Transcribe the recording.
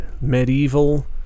medieval